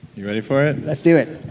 you ready for it? let's do it